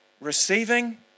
receiving